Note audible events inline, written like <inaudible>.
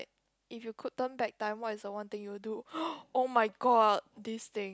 if you could turn back time what's the one thing you would do <noise> oh my god this thing